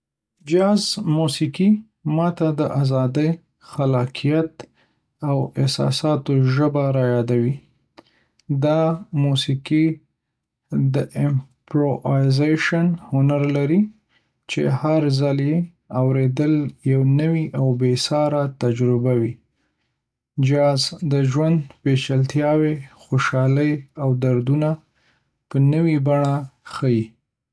جاز موسیقي ما ته د ازادۍ، خلاقیت، او احساساتو ژبه رايادوي. دا موسیقي د امپرووایزیشن هنر لري، چې هر ځل یې اوریدل یو نوی او بې ساري تجربه وي. جاز د ژوند پیچلتیاوې، خوشحالۍ او دردونه په نوې بڼه ښيي.